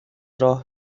راه